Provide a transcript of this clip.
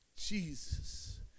Jesus